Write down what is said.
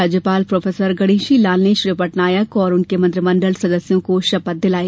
राज्यपाल प्रोफेसर गणेशीलाल ने श्री पटनायक और उनके मंत्रिमंडल सदस्यों को शपथ दिलाई